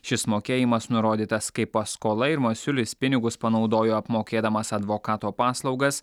šis mokėjimas nurodytas kaip paskola ir masiulis pinigus panaudojo apmokėdamas advokato paslaugas